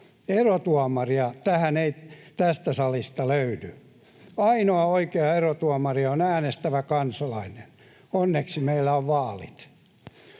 Erotuomaria tähän ei tästä salista löydy. Ainoa oikea erotuomari on äänestävä kansalainen. Onneksi meillä on vaalit.